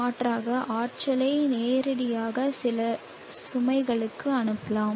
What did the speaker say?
மாற்றாக ஆற்றலை நேரடியாக சில சுமைகளுக்கு அனுப்பலாம்